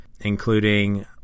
including